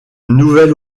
nouvelle